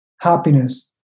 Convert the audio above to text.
happiness